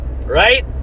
right